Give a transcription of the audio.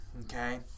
okay